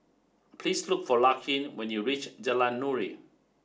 please look for Larkin when you reach Jalan Nuri